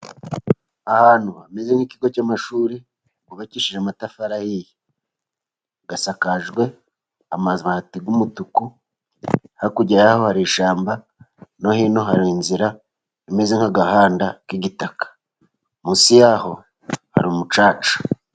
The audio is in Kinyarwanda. Ahantu hameze nk'ikigo cy'amashuri hubakishijwe amatafari ahiye, asakajwe amabati y'umutuku hakurya yaho hari ishyamba, no hino hari inzira imeze nk'agahanda k'igitaka, munsi yaho hari umucaca.